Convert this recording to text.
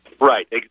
Right